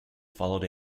followed